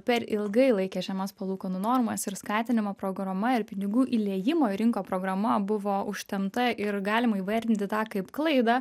per ilgai laikė žemas palūkanų normas ir skatinimo programa ir pinigų įliejimo į rinką programa buvo užtempta ir galima įvardinti tą kaip klaidą